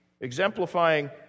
exemplifying